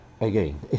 again